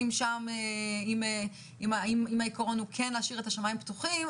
אם העיקרון הוא להשאיר את השמיים פתוחים,